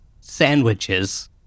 sandwiches